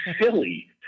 silly